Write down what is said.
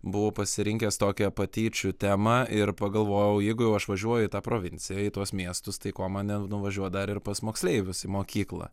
buvau pasirinkęs tokią patyčių temą ir pagalvojau jeigu jau aš važiuoju į tą provinciją į tuos miestus tai ko man nenuvažiuot dar ir pas moksleivius į mokyklą